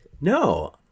No